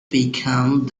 became